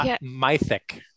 mythic